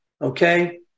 okay